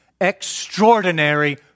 extraordinary